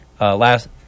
last